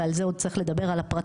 ועל זה עוד צריך לדבר על הפרטים,